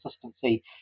consistency